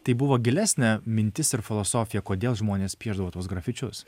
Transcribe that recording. tai buvo gilesnė mintis ir filosofija kodėl žmonės piešdavo tuos grafičius